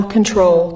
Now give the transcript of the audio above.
control